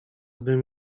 bym